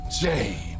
James